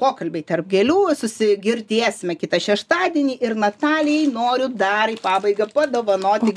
pokalbiai tarp gėlių susigirdėsime kitą šeštadienį ir natalijai noriu dar į pabaigą padovanoti